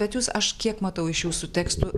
bet jūs aš kiek matau iš jūsų tekstų